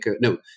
No